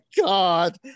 god